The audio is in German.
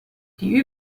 die